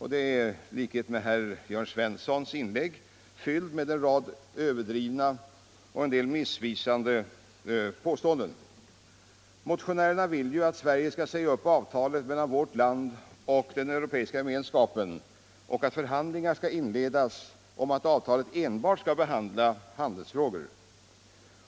I likhet med herr Svenssons inlägg är motionen fylld med en rad överdrivna och missvisande påståenden. Motionärerna vill att Sverige skall säga upp avtalet mellan vårt land och den europeiska gemenskapen och att förhandlingar inleds om att avtalet enbart skall omfatta handelsfrågor.